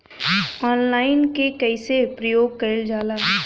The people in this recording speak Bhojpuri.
ऑनलाइन के कइसे प्रयोग कइल जाला?